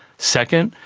second,